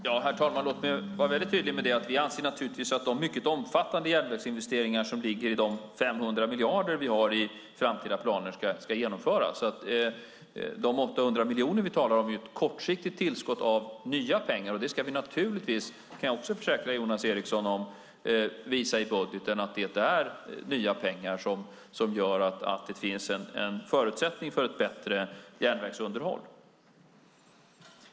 Herr talman! Låt mig vara väldigt tydlig. Vi anser naturligtvis att de mycket omfattande järnvägsinvesteringar som ligger i de 500 miljarder vi har i framtida planer ska genomföras. De 800 miljoner vi talar om är ett kortsiktigt tillskott av nya pengar. Givetvis ska vi - det kan jag också försäkra Jonas Eriksson om - i budgeten visa att det är nya pengar som gör att det finns en förutsättning för ett bättre järnvägsunderhåll.